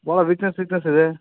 ಭಾಳ weakness weakness ಇದೆ